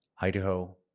Idaho